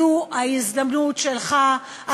זו ההזדמנות שלך,